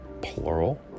plural